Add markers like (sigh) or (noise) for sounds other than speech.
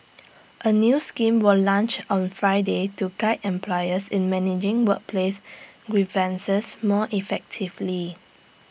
(noise) A new scheme was launched on Friday to guide employers in managing workplace grievances more effectively